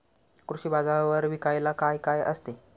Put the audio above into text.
कृषी बाजारावर विकायला काय काय असते?